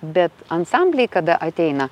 bet ansambliai kada ateina